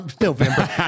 November